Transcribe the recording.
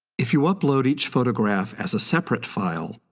if you upload each photograph as a separate file,